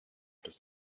das